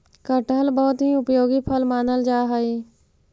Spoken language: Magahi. कटहल बहुत ही उपयोगी फल मानल जा हई